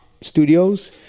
studios